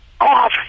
off